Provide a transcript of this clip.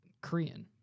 Korean